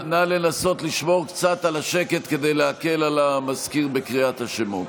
נא לנסות לשמור קצת על השקט כדי להקל על המזכיר בקריאת השמות.